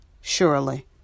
surely